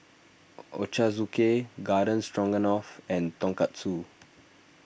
Ochazuke Garden Stroganoff and Tonkatsu